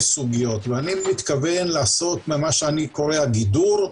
סוגיות ואני מתכוון למה שאני קורא הגידור,